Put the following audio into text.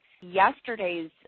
Yesterday's